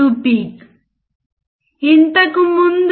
5 అంటే 1